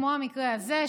כמו המקרה הזה,